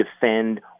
defend